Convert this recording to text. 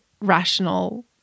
rational